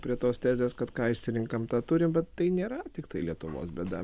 prie tos tezės kad ką išsirenkam tą turim bet tai nėra tiktai lietuvos bėda